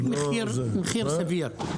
מחיר סביר.